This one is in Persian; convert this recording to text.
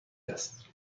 است